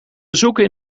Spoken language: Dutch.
bezoeken